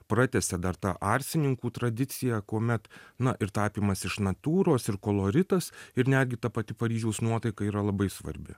pratęsė dar tą arsininkų tradiciją kuomet na ir tapymas iš natūros ir koloritas ir netgi ta pati paryžiaus nuotaika yra labai svarbi